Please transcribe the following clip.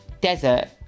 Desert